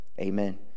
amen